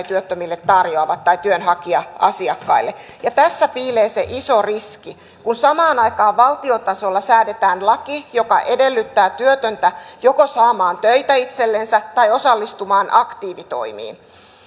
työttömille tarjoavat tai työnhakija asiakkaille tässä piilee se iso riski kun samaan aikaan valtiotasolla säädetään laki joka edellyttää työtöntä joko saamaan töitä itsellensä tai osallistumaan aktiivitoimiin